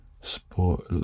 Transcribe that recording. sport